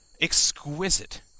exquisite